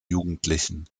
jugendlichen